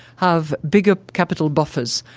have bigger capital buffers,